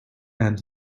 end